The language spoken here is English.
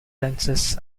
lenses